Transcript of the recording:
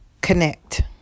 connect